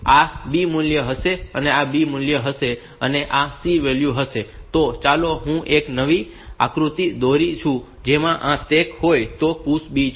આ B મૂલ્ય હશે અને આ B મૂલ્ય હશે અને આ C વેલ્યુ હશે તો ચાલો હું એક નવી આકૃતિ દોરું છું જેમ કે જો આ સ્ટેક હોય તો આ PUSH B છે